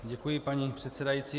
Děkuji, paní předsedající.